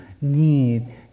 need